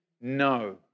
no